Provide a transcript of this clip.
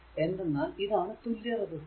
എന്തെന്നാൽ ഇതാണ് തുല്യ റെസിസ്റ്റൻസ്